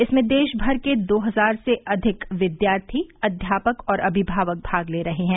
इसमें देशभर के दो हजार से अधिक विद्यार्थी अध्यापक और अभिभावक भाग ले रहे हैं